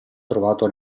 trovato